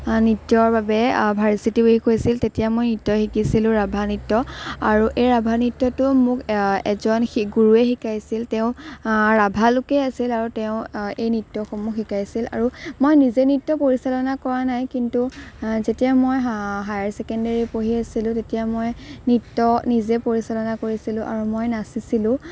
নৃত্যৰ বাবে varsity week হৈছিল তেতিয়া মই নৃত্য শিকিছিলোঁ ৰাভা নৃত্য আৰু এই ৰাভা নৃত্যটো মোক এজন গুৰুৱে শিকাইছিল তেওঁ ৰাভা লোকেই আছিল আৰু তেওঁ এই নৃত্যসমূহ শিকাইছিল আৰু মই নিজে নৃত্য পৰিচালনা কৰা নাই কিন্তু যেতিয়া মই হায়াৰ ছেকেণ্ডেৰী পঢ়ি আছিলোঁ তেতিয়া মই নৃত্য নিজে পৰিচালনা কৰিছিলোঁ আৰু মই নাচিছিলোঁ